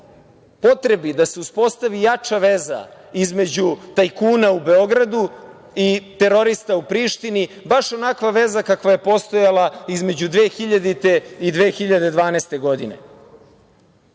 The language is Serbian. potrebi da se uspostavi jača veza između tajkuna u Beogradu i terorista u Prištini, baš onakva veza kakva je postojala između 2000. i 2012. godine. Da